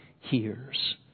hears